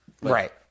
Right